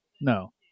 no